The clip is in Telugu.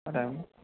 సరే